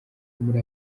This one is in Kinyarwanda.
muri